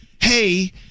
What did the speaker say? hey